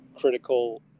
critical